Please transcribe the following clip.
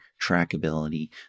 trackability